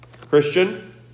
Christian